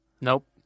Nope